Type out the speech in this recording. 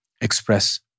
express